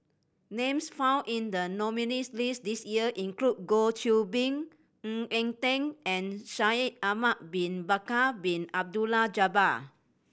names found in the nominees' list this year include Goh Qiu Bin Ng Eng Teng and Shaikh Ahmad Bin Bakar Bin Abdullah Jabbar